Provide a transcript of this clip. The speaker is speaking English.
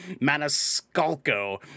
Maniscalco